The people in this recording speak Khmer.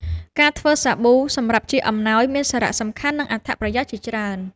ការធ្វើសាប៊ូសម្រាប់ជាអំណោយ មានសារៈសំខាន់ និងអត្ថប្រយោជន៍ជាច្រើន។